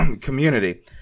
community